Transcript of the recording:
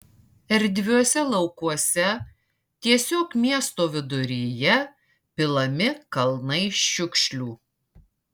erdviuose laukuose tiesiog miesto viduryje pilami kalnai šiukšlių